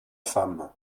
femmes